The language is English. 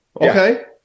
Okay